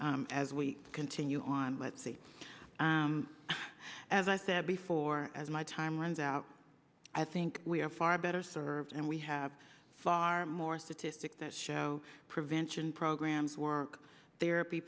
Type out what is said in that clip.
s as we continue on with states as i said before as my time runs out i think we are far better served and we have far more statistics that show prevention programs work therapy